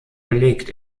belegt